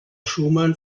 schumann